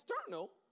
external